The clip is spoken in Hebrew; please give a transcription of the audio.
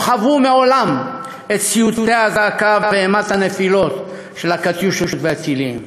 לא חוו מעולם את סיוטי האזעקה ואימת הנפילות של ה"קטיושות" והטילים.